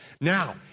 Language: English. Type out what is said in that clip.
Now